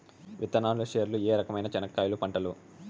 విత్తనాలు పేర్లు ఏ రకమైన చెనక్కాయలు పంటలు?